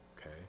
Okay